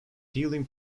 healing